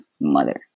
mother